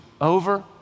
over